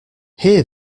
hear